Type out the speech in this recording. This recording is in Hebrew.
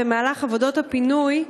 במהלך עבודות הפינוי,